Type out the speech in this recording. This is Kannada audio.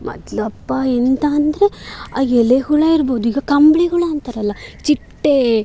ಮೊದಲಪ್ಪ ಎಂಥ ಅಂದರೆ ಆ ಎಲೆ ಹುಳು ಇರ್ಬೋದು ಈಗ ಕಂಬಳಿ ಹುಳು ಅಂತಾರಲ್ಲ ಚಿಟ್ಟೆ